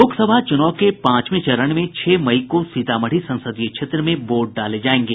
लोक सभा चुनाव के पांचवें चरण में छह मई को सीतामढी संसदीय क्षेत्र में वोट डाले जायेंगे